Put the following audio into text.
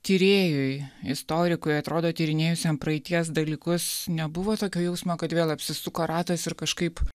tyrėjui istorikui atrodo tyrinėjusiam praeities dalykus nebuvo tokio jausmo kad vėl apsisuko ratas ir kažkaip